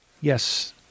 Yes